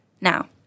Now